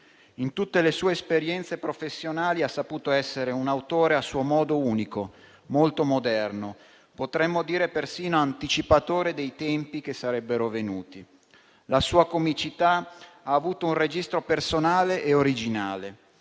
In tutte le sue esperienze professionali ha saputo essere un autore a suo modo unico, molto moderno, potremmo dire persino anticipatore dei tempi che sarebbero venuti. La sua comicità ha avuto un registro personale e originale.